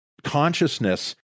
consciousness